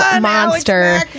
monster